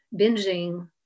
binging